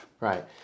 Right